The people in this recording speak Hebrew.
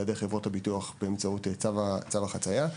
ידי חברות הביטוח באמצעות צו החציה.